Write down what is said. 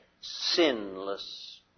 sinless